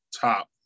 top